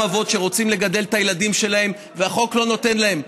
אבות שרוצים לגדל את הילדים שלהם והחוק לא נותן להם,